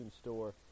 store